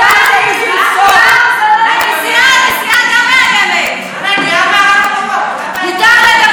הנשיאה גם מאיימת, מותר לדבר.